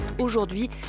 Aujourd'hui